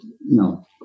no